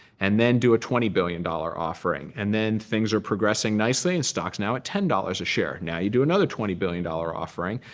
and then do a twenty billion dollars offering. and then things are progressing nicely. and stocks now at ten dollars a share. now, you do another twenty billion dollars offering.